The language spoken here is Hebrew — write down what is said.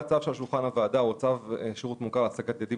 הצו שמונח על שולחן הוועדה הוא צו שירות מוכר להשגת יעדים